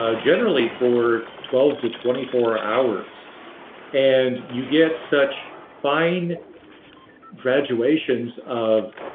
ah generally for twelve to twenty four hours and you get such fine graduations of